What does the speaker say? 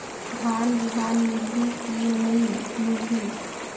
धान बिहान मिलही की नी मिलही?